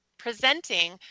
presenting